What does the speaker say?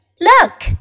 Look